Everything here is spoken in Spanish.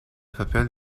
papel